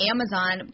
Amazon